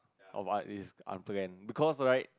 of art is after that because right